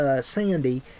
Sandy